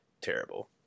terrible